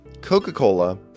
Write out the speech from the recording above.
Coca-Cola